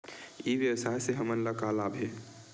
ई व्यवसाय से हमन ला का लाभ हे?